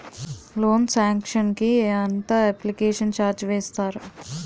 Loan sanction కి ఎంత application charge వేస్తారు?